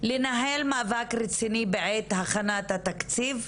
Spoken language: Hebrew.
לנהל מאבק רציני בעת הכנת התקציב,